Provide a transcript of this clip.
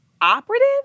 operative